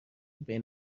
بین